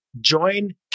join